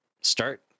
start